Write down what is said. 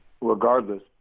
regardless